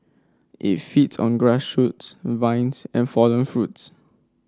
it feeds on grass shoots vines and fallen fruits